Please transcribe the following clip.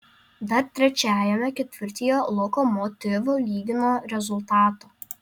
dar trečiajame ketvirtyje lokomotiv lygino rezultatą